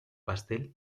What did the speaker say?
pastel